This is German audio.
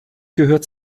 gehört